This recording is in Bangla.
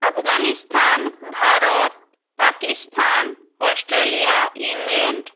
Afghanistan Bharat Pakistan Australia England